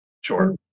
Sure